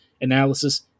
analysis